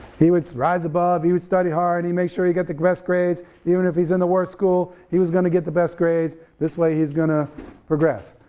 he would rise above, he would study hard, he'd make sure he get the best grades even if he's in the worst school, he was gonna get the best grades, this way he's gonna progress.